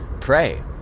Pray